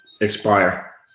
expire